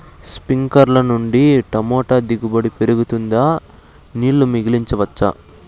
స్ప్రింక్లర్లు నుండి టమోటా దిగుబడి పెరుగుతుందా? నీళ్లు మిగిలించవచ్చా?